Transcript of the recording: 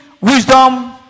wisdom